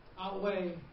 outweigh